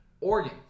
Oregon